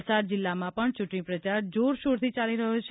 વલસાડ જિલ્લામાં પણ ચૂંટણી પ્રચાર જોરશોરથી ચાલી રહ્યું છે